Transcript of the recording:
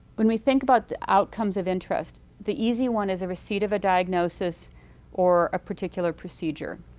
when we think about the outcomes of interest, the easy one is a receipt of a diagnosis or a particular procedure.